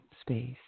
space